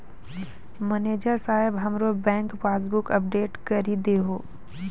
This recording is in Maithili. मनैजर साहेब हमरो बैंक पासबुक अपडेट करि दहो